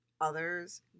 others